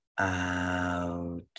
out